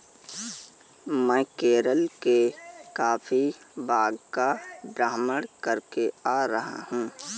मैं केरल के कॉफी बागान का भ्रमण करके आ रहा हूं